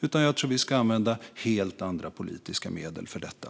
Jag tror att vi ska använda helt andra politiska medel för detta.